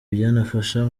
byanafasha